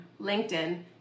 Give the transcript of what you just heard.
LinkedIn